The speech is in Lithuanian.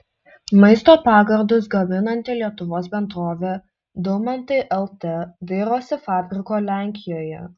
maisto pagardus gaminanti lietuvos bendrovė daumantai lt dairosi fabriko lenkijoje